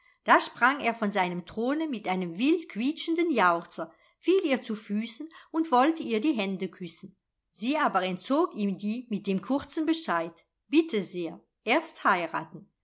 da sprang er von seinem throne mit einem wildquietschenden jauchzer fiel ihr zu füßen und wollte ihr die hände küssen sie aber entzog ihm die mit dem kurzen bescheid bitte sehr erst heiraten